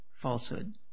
falsehood